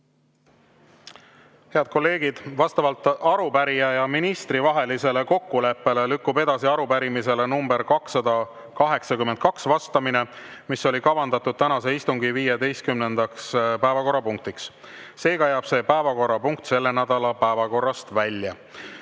kolleegid, vastavalt arupärija ja ministri vahelisele kokkuleppele lükkub edasi arupärimisele nr 282 vastamine, mis oli kavandatud tänase istungi 15. päevakorrapunktiks. Seega jääb see päevakorrapunkt selle nädala päevakorrast välja.